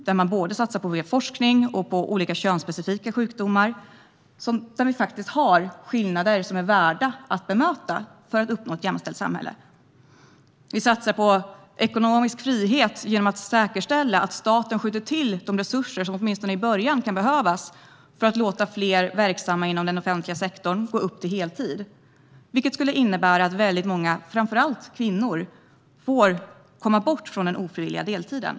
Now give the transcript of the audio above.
Vi satsar både på mer forskning och på olika könsspecifika sjukdomar, där skillnader faktiskt finns, och de är värda att bemötas för att vi ska uppnå ett jämställt samhälle. Vi satsar på ekonomisk frihet genom att säkerställa att staten skjuter till de resurser som kan behövas åtminstone i början för att låta fler verksamma inom den offentliga sektorn gå upp till heltid. Detta skulle innebära att många, och framför allt kvinnor, kommer bort från den ofrivilliga deltiden.